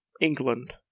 England